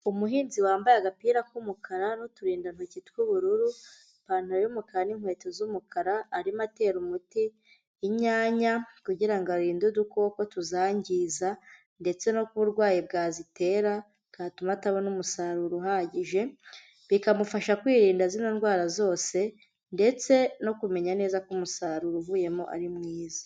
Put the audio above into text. Umuhinzi wambaye agapira k'umukara n'uturindantoki tw'ubururu, ipantaro y'umukara n'inkweto z'umukara arimo atera umuti inyanya kugira ngo arinde udukoko tuzangiza ndetse no ku burwayi bwazitera bwatuma atabona umusaruro uhagije, bikamufasha kwirinda zino ndwara zose ndetse no kumenya neza ko umusaruro uvuyemo ari mwiza.